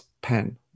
pen